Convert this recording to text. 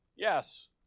Yes